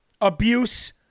abuse